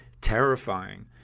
terrifying